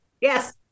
yes